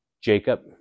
Jacob